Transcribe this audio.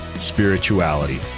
spirituality